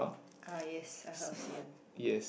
ah yes I heard of Xi-An